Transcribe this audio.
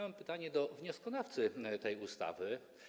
Mam pytanie do wnioskodawcy tej ustawy.